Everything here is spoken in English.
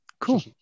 Cool